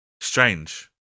Strange